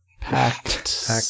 Packed